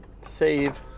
save